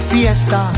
Fiesta